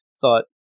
thought